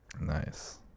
Nice